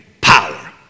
power